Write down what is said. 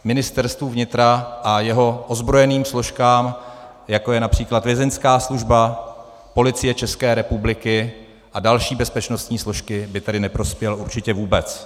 Ministerstvu vnitra a jeho ozbrojeným složkám, jako je například Vězeňská služba, Policie České republiky a další bezpečnostní složky, by tedy neprospěl určitě vůbec.